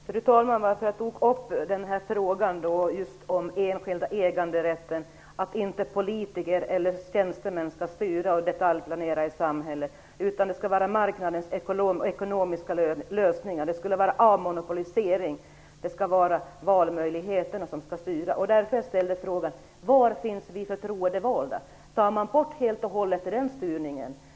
Fru talman! Jag tog upp frågan om den enskilda äganderätten. Det sägs att politiker eller tjänstemän inte skall styra och detaljplanera i samhället. Marknadens ekonomiska lösningar skall styra. Det skall göras avmonopolisering och valmöjligheterna skall styra. Därför ställde jag frågan: Var finns vi förtroendevalda? Skall man ta bort den styrningen helt och hållet?